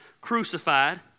crucified